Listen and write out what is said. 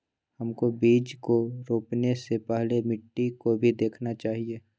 हमको बीज को रोपने से पहले मिट्टी को भी देखना चाहिए?